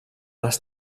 les